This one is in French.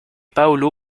paolo